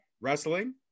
wrestling